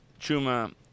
Chuma